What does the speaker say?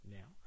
now